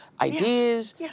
ideas